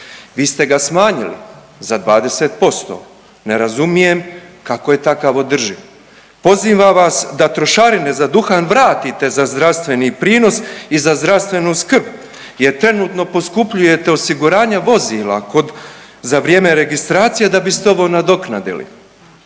Vi ste ga smanjili za 20%, ne razumijem kako je takav održiv. Pozivam vas da trošarine za duhan vratite za zdravstveni prinos i za zdravstvenu skrb, jer trenutno poskupljujete osiguranje vozila za vrijeme registracije da biste ovo nadoknadili.